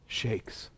shakes